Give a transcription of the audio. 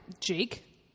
Jake